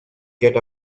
get